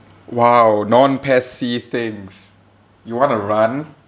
!wow! non PES C things you want to run